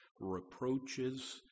reproaches